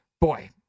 boy